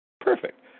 Perfect